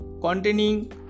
containing